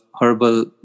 herbal